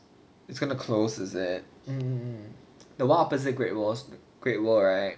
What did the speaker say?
it's going to close is it um um um the one opposite great worlds great world right